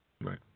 Right